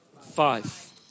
five